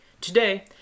Today